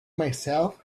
myself